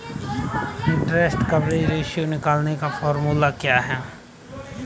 Interest coverage ratio निकालने का formula क्या है?